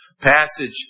passage